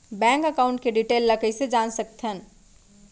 Bank account के detail ल कइसे जान सकथन?